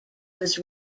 was